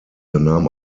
nahm